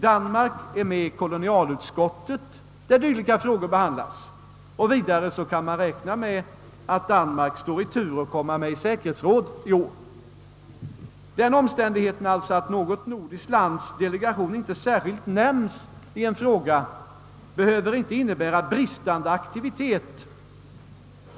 Danmark är med i kolonialutskottet, där dylika frågor behandlas, och vidare kan man räkna med att Danmark står i tur att komma med i säkerhetsrådet i år. Den omständigheten att något nordiskt lands delegation inte särskilt nämns i en fråga behöver inte innebära bristande aktivitet.